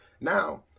Now